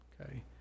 okay